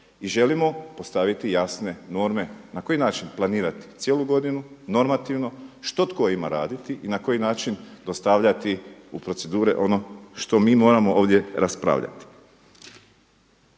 i želimo postaviti jasne norme na koji način planirati cijelu godinu, normativno što tko ima raditi i na koji način dostavljati u procedure ono što mi moramo ovdje raspravljati.